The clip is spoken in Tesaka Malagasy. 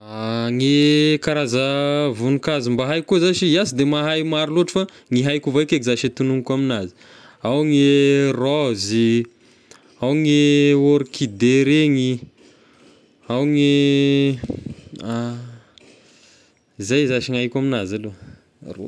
Ny karaza voninkazo mba haiko koa zashy, iahy sy de mahay maro loatra fa ny haiko avao eky zashy a tognoniko aminazy ao gne raôzy, ao gne orchidée regny, ao ny zay zashy ny haiko aminazy aloha.